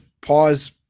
pause